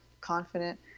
confident